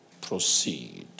proceed